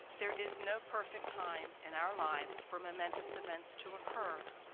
there is no perfect time in our lives for momentous events to occur.